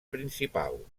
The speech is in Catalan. principal